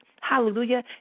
hallelujah